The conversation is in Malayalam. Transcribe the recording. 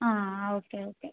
ആ ഓക്കേ ഓക്കേ